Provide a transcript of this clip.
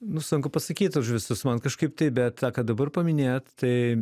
nu sunku pasakyt už visus man kažkaip taip bet tą kad dabar paminėjot tai